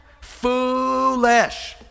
foolish